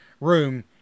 room